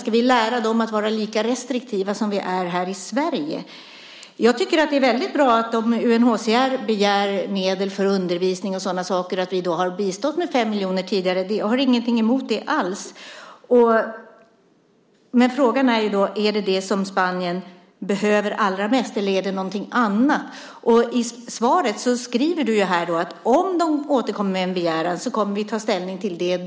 Ska vi lära dem där att vara lika restriktiva som vi är här i Sverige? Om UNHCR begär medel för undervisning och annat, tycker jag att det är bra att vi har bistått med 5 miljoner tidigare. Jag har ingenting emot det alls. Men frågan är då om det är det som Spanien behöver allra mest eller om det är något annat. I svaret skriver du, Tobias Billström, att om de återkommer med en begäran kommer ni att ta ställning till det då.